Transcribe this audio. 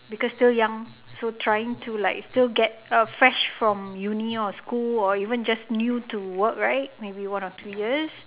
because still young so trying to like still get afresh from uni or school or even just new to work right maybe one or two years